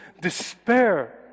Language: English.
despair